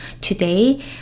today